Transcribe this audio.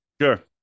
Sure